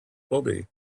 body